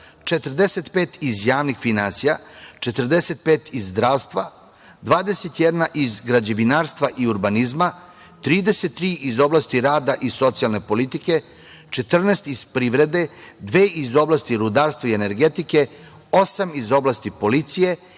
45 iz javnih finansija, 45 iz zdravstva, 21 iz građevinarstva i urbanizma, 33 iz oblasti rada i socijalne politike, 14 iz privrede, dve iz oblasti rudarstva i energetike, osam iz oblasti policije,